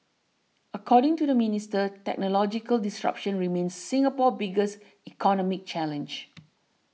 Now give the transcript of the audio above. according to the minister technological disruption remains Singapore's biggest economic challenge